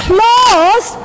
Close